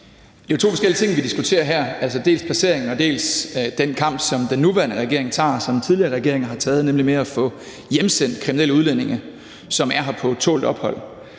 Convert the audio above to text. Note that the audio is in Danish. Det er jo to forskellige ting, vi diskuterer her, altså dels placeringen, dels den kamp, som den nuværende regering tager, og som den tidligere regering har taget, nemlig med at få hjemsendt kriminelle udlændinge, som er her på tålt ophold.